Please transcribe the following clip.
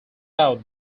out